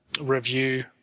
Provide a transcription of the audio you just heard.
review